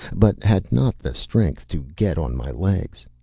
but had not the strength to get on my legs.